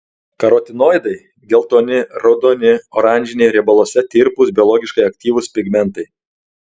karotinoidai geltoni raudoni oranžiniai riebaluose tirpūs biologiškai aktyvūs pigmentai